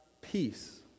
peace